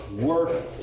work